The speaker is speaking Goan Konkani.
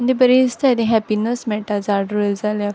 आनी तीं बरीं दिसताय हेप्पीनस मेळटा झाड रोयलीं जाल्यार